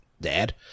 dad